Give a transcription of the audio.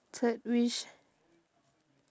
third wish